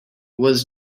was